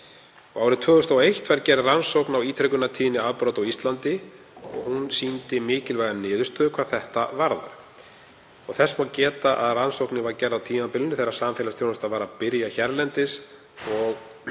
Árið 2001 var gerð rannsókn á ítrekuðunartíðni afbrota á Íslandi og hún sýndi mikilvæga niðurstöðu hvað þetta varðar. Þess má geta að rannsóknin var gerð á tímabilinu þegar samfélagsþjónustu var að byrja hérlendis og skoðaði